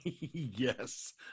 Yes